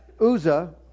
Uzzah